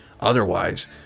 otherwise